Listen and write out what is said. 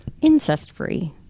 incest-free